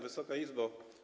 Wysoka Izbo!